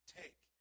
take